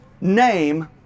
name